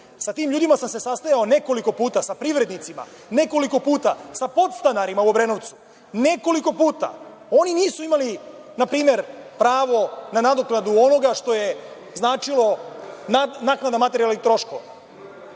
Sa tim ljudima sam se sastajao nekoliko puta, sa privrednicima nekoliko puta, sa podstanarima u Obrenovcu nekoliko puta. Oni nisu imali, na primer, pravo na nadoknadu onoga što im je značilo.Za one ljude koji